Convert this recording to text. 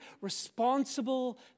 responsible